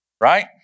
Right